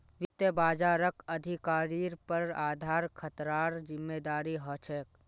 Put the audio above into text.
वित्त बाजारक अधिकारिर पर आधार खतरार जिम्मादारी ह छेक